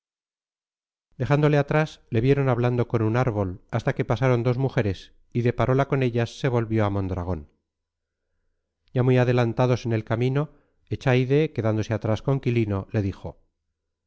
dejándole atrás le vieron hablando con un árbol hasta que pasaron dos mujeres y de parola con ellas se volvió a mondragón ya muy adelantados en el camino echaide quedándose atrás con quilino le dijo